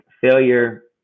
failure